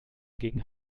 gegen